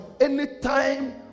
anytime